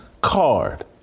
card